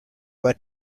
were